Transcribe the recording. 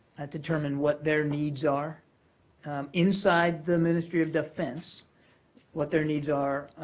determine what their needs are inside the ministry of defense what their needs are